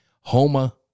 Homa